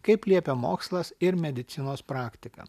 kaip liepia mokslas ir medicinos praktika